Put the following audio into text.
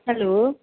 hello